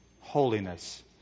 Holiness